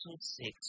six